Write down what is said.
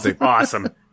awesome